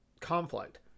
conflict